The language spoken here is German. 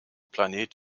planet